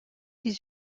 les